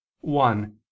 One